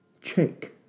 Check